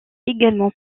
également